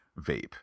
vape